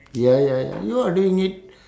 ya ya ya you are doing it